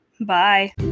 bye